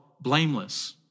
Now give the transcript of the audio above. blameless